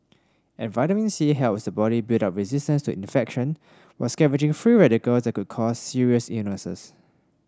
and vitamin C helps the body build up resistance to infection while scavenging free radicals that could cause serious illnesses